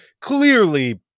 clearly